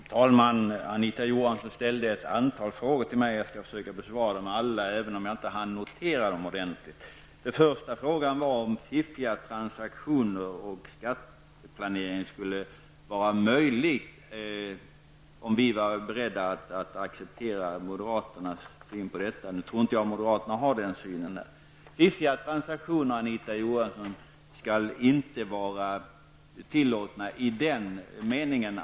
Fru talman! Anita Johansson ställde ett antal frågor till mig. Jag skall försöka besvara dem alla, även om jag inte hann notera dem ordentligt. Den första frågan gällde om fiffiga transaktioner och skatteplanering skulle vara möjliga och om vi var beredda att acceptera moderaternas syn på detta. Nu tror jag inte att moderaterna har den synen. Fiffiga transaktioner, Anita Johansson, skall inte vara tillåtna om de är olagliga.